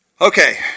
Okay